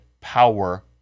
power